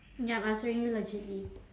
ya I'm answering you legitly